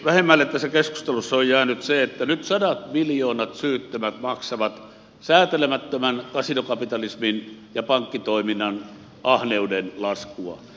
vähemmälle tässä keskustelussa on jäänyt se että nyt sadat miljoonat syyttömät maksavat säätelemättömän kasinokapitalismin ja pankkitoiminnan ahneuden laskua